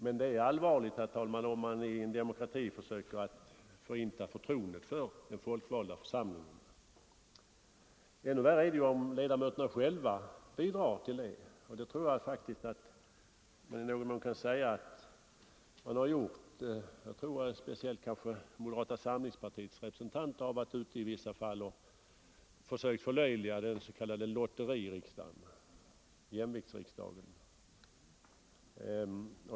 Men det är allvarligt, herr talman, om man i en demokrati försöker att förinta förtroendet för den folkvalda församlingen. Ännu värre är det ju om ledamöterna själva bidrar till detta, och jag tror faktiskt att man i någon mån kan säga att det varit så. Speciellt tror jag att moderata samlingspartiets representanter i vissa fall har varit ute och försökt förlöjliga den s.k. lotteririksdagen, jämviktsriksdagen.